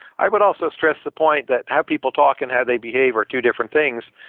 i would also stress the point that how people talk and how they behave are two different things.